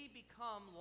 become